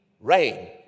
rain